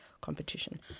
competition